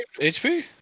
HP